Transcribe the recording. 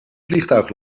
vliegtuig